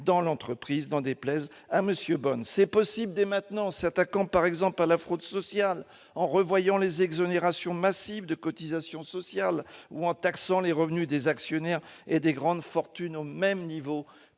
dans l'entreprise, n'en déplaise à M. Bonne. C'est possible dès maintenant en s'attaquant par exemple à la fraude sociale, en revoyant les exonérations massives de cotisations sociales ou en taxant les revenus des actionnaires et des grandes fortunes au même niveau